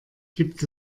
gibt